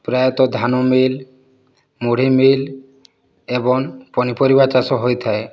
ପ୍ରାୟତଃ ଧାନ ମିଲ୍ ମୁଢ଼ି ମିଲ୍ ଏବଂ ପନିପରିବା ଚାଷ ହୋଇଥାଏ